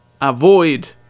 Avoid